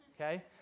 okay